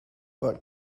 but